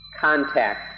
contact